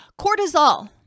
Cortisol